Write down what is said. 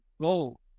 go